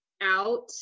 out